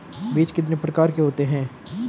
बीज कितने प्रकार के होते हैं?